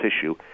tissue